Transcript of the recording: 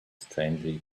strangely